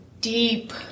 deep